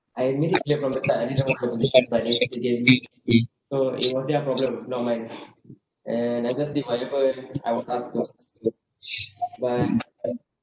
I made it here from the time that was so it was their problem not mine and I just did whatever I was asked to but